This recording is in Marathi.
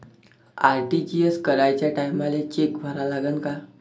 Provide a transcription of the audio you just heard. आर.टी.जी.एस कराच्या टायमाले चेक भरा लागन का?